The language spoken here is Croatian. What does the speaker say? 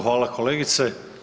Hvala kolegice.